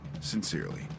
Sincerely